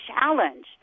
challenge